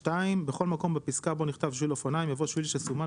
בכל מקום בפסקה בו נכתב "שביל אופניים" יבוא "שביל שסומן